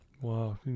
Wow